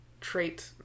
trait